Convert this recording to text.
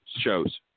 shows